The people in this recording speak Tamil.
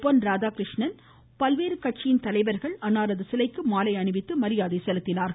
பொன் ராதாகிரு்ணன் பல்வேறு கட்சித்தலைவர்கள் அன்னாரது சிலைக்கு மாலை அணிவித்து மரியாதை செலுத்தினர்